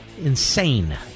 Insane